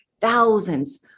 thousands